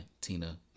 Tina